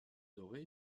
doré